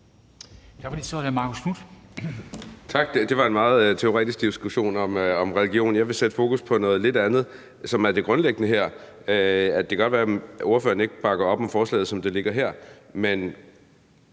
Tak. Det var en meget teoretisk diskussion om religion. Jeg vil sætte fokus på noget lidt andet, som er det grundlæggende her. Det kan godt være, at ordføreren ikke bakker op om forslaget, som det ligger her, men